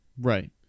Right